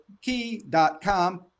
key.com